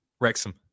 Wrexham